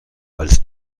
als